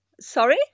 Sorry